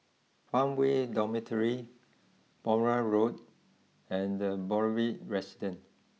Farmway Dormitory Balmoral Road and Boulevard Residence